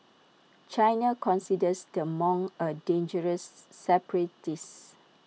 China considers the monk A dangerous separatist